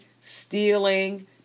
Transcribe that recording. stealing